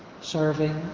serving